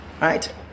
Right